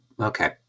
okay